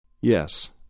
Yes